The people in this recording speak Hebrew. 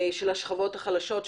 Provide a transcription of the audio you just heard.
של השכבות החלשות,